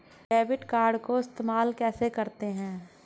Debit card को इस्तेमाल कैसे करते हैं?